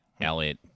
Elliot